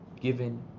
given